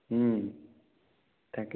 তাকে